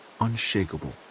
unshakable